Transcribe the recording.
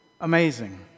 Amazing